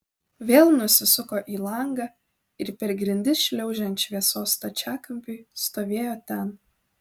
vėl nusisuko į langą ir per grindis šliaužiant šviesos stačiakampiui stovėjo ten